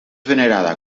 venerada